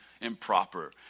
improper